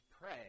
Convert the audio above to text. pray